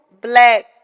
black